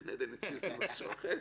גן עדן אצלי זה משהו אחר.